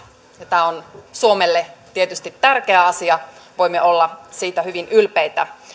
tämä on suomelle tietysti tärkeä asia ja voimme olla siitä hyvin ylpeitä